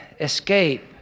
escape